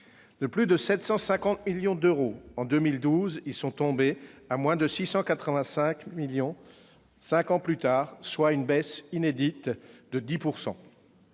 de plus de 750 millions d'euros en 2012, ils sont tombés à moins de 685 millions d'euros cinq ans plus tard, soit une baisse inédite de près